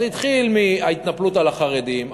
אז זה התחיל מההתנפלות על חרדים,